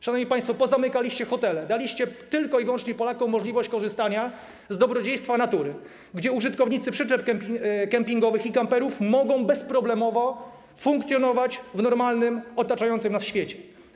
Szanowni państwo, pozamykaliście hotele, daliście Polakom wyłącznie możliwość korzystania z dobrodziejstw natury, gdzie użytkownicy przyczep kampingowych i kamperów mogą bezproblemowo funkcjonować w normalnym, otaczającym nas świecie.